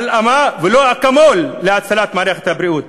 הלאמה, ולא אקמול, להצלת מערכת הבריאות,